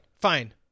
Fine